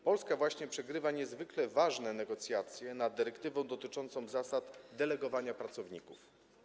Polska właśnie przegrywa niezwykle ważne negocjacje nad dyrektywą dotyczącą zasad delegowania pracowników.